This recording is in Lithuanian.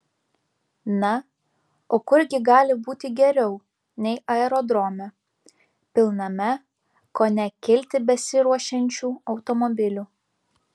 na o kur gi gali būti geriau nei aerodrome pilname ko ne kilti besiruošiančių automobilių